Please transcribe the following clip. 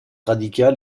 radicale